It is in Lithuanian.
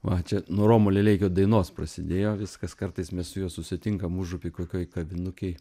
va čia nuo romo lileikio dainos prasidėjo viskas kartais mes su juo susitinkam užupy kokioj kavinukėj